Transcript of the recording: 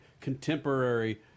contemporary